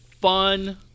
fun